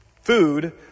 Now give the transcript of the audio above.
Food